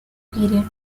period